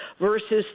versus